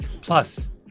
Plus